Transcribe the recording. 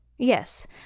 Yes